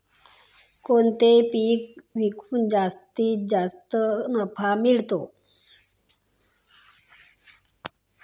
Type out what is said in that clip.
कोणते पीक विकून जास्तीत जास्त नफा मिळतो?